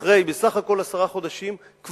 אחרי עשרה חודשים בסך הכול,